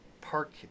park